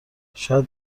شاید